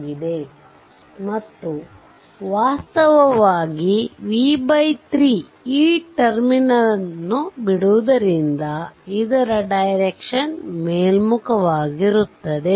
ವಾಗಿದೆ ಮತ್ತು ವಾಸ್ತವವಾಗಿ v 3 ಈ ಟರ್ಮಿನಲ್ ಅನ್ನು ಬಿಡುವುದರಿಂದ ಇದರ ಡೈರೆಕ್ಷನ್ ಮೇಲ್ಮುಖವಾಗಿರುತ್ತದೆ